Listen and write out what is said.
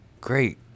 great